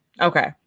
Okay